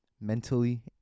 Mentally